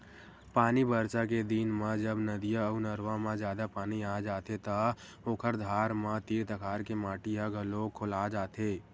पानी बरसा के दिन म जब नदिया अउ नरूवा म जादा पानी आ जाथे त ओखर धार म तीर तखार के माटी ह घलोक खोला जाथे